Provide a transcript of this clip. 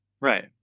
Right